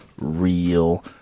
real